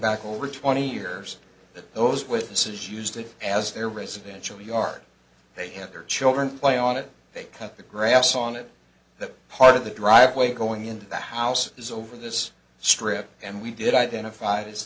back over twenty years that those witnesses used it as their residential yard they had their children play on it they cut the grass on it that part of the driveway going into the house is over this strip and we did identified as